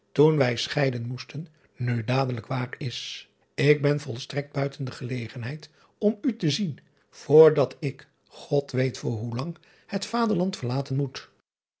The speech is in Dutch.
toen wij scheiden moesten nu dadelijk waar is k ben volstrekt buiten de gelegenheid om u te zien voor dat ik od weet voor hoelang het aderland verlaten moet